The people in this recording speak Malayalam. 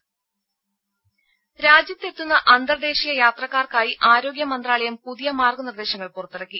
രുമ രാജ്യത്ത് എത്തുന്ന അന്തർദേശീയ യാത്രക്കാർക്കായി ആരോഗ്യ മന്ത്രാലയം പുതിയ മാർഗ്ഗ നിർദ്ദേശങ്ങൾ പുറത്തിറക്കി